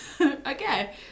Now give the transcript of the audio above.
Okay